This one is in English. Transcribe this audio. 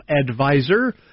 advisor